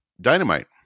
Dynamite